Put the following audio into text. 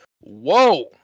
Whoa